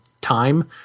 time –